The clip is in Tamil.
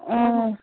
ஆ